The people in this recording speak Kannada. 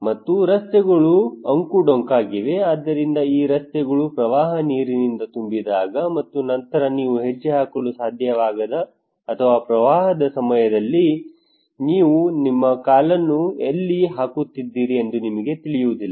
ಮತ್ತು ರಸ್ತೆಗಳು ಅಂಕುಡೊಂಕಾಗಿವೆ ಆದ್ದರಿಂದ ಈ ರಸ್ತೆಗಳು ಪ್ರವಾಹ ನೀರಿನಿಂದ ತುಂಬಿದಾಗ ಮತ್ತು ನಂತರ ನೀವು ಹೆಜ್ಜೆ ಹಾಕಲು ಸಾಧ್ಯವಾಗದ ಅಥವಾ ಪ್ರವಾಹದ ಸಮಯದಲ್ಲಿ ನೀವು ನಿಮ್ಮ ಕಾಲನ್ನು ಎಲ್ಲಿ ಹಾಕುತ್ತಿದ್ದೀರಿ ಎಂದು ನಿಮಗೆ ತಿಳಿಯುವುದಿಲ್ಲ